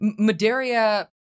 Madaria